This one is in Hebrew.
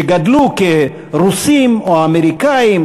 שגדלו כרוסים או אמריקנים,